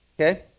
okay